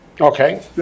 okay